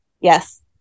Yes